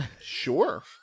Sure